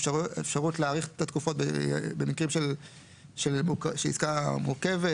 אפשרות להאריך את התקופות במקרים של עסקה מורכבת.